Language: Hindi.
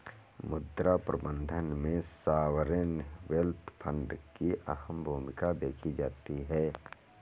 मुद्रा प्रबन्धन में सॉवरेन वेल्थ फंड की अहम भूमिका देखी जाती है